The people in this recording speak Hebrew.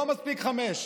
לא מספיק חמש.